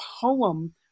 poem